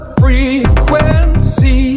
frequency